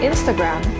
Instagram